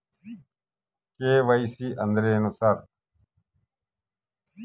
KYC ಅಂದ್ರೇನು sir?